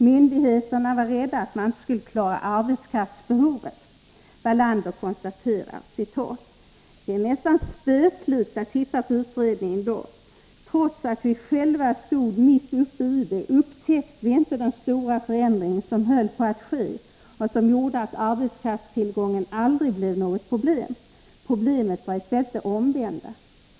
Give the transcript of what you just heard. Myndigheterna var rädda för att industrin inte skulle ha tillräckligt med arbetskraft. Wallander konstaterar: ”Det är nästan spöklikt att titta på utredningen. Trots att vi själva stod mitt uppe i det, upptäckte vi inte den stora förändring som höll på att ske och som gjorde att arbetskraftstillgången aldrig blev något problem. Problemet vari stället det omvända.